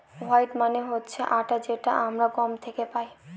wheat মানে হচ্ছে আটা যেটা আমরা গম থেকে পাই